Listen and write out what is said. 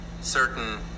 certain